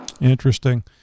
interesting